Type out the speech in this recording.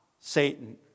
Satan